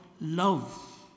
love